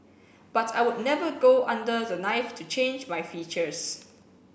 but I would never go under the knife to change my features